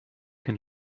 can